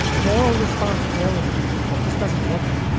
moral responsibility just doesn't work like